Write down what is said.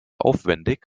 aufwendig